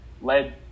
led